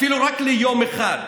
אפילו רק ליום אחד,